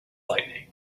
lightning